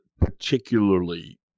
particularly